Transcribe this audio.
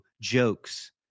jokes